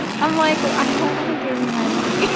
i'm like, i don't wanna give you my money.